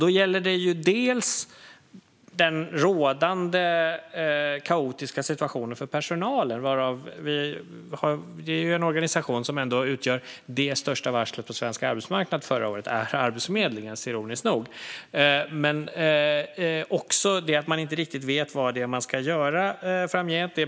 Det gäller dels den rådande kaotiska situationen för personalen - det största varslet på svensk arbetsmarknad i år är Arbetsförmedlingens, ironiskt nog - dels att man inte riktigt vet vad man ska göra framgent.